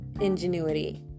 ingenuity